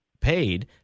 paid